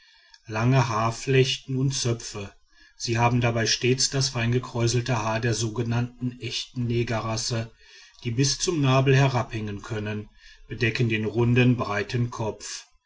lange haarflechten und zöpfe sie haben dabei stets das feingekräuselte haar der sogenannten echten negerrasse die bis zum nabel herabhängen können bedecken den runden breiten kopf